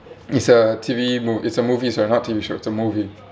it's a T_V mo~ it's a movie sorry not T_V show it's a movie